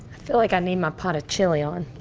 feel like i need my pot of chili on.